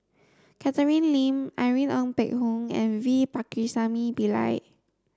Catherine Lim Irene Ng Phek Hoong and V Pakirisamy Pillai